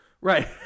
Right